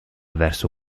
verso